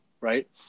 right